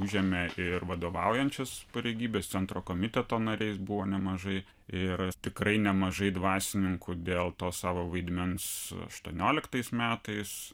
užėmė ir vadovaujančias pareigybės centro komiteto nariais buvo nemažai ir tikrai nemažai dvasininkų dėl to savo vaidmens aštuonioliktais metais